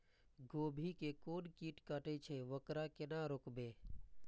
गोभी के कोन कीट कटे छे वकरा केना रोकबे?